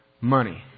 Money